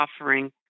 offering